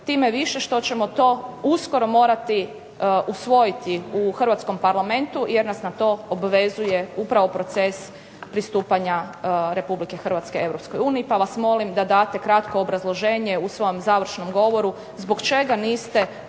time više što ćemo to uskoro morati usvojiti u hrvatskom Parlamentu, jer nas na to obvezuje upravo proces pristupanja Republike Hrvatske Europskoj uniji, pa vas molim da date kratko obrazloženje u svom završnom govoru zbog čega niste u